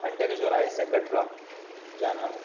انٹے کے چوراہے سے کٹرا جانا ہے